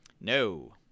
No